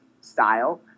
style